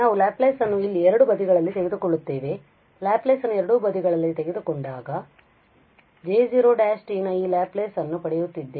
ಆದ್ದರಿಂದ ನಾವು ಲಾಪ್ಲೇಸ್ ಅನ್ನು ಇಲ್ಲಿ ಎರಡೂ ಬದಿಗಳಲ್ಲಿ ತೆಗೆದುಕೊಳ್ಳುತ್ತೇವೆ ಲ್ಯಾಪ್ಲೇಸ್ ಅನ್ನು ಎರಡೂ ಬದಿಗಳಲ್ಲಿ ತೆಗೆದುಕೊಂಡಾಗ ನಾವು j0′ ನ ಈ ಲ್ಯಾಪ್ಲೇಸ್ ಅನ್ನು ಪಡೆಯುತ್ತಿದ್ದೇವೆ